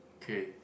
K